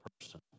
person